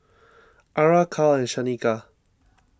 Ara Cal and Shanika